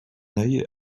œil